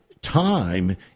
time